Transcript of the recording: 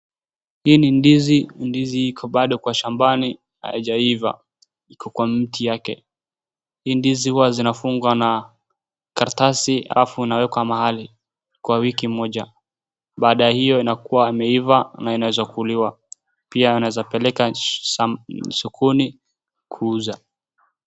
Hii ni ndizi, ndizi iko bado kwa shambani haijaiva, iko kwa mti yake. Hii ndizi huwa zinafungwa na karatasi halafu inawekwa mahali kwa wiki moja. Baada hio inakuwa ameiva na inaweza kuliwa. Pia anaweza peleka sokoni kuuza.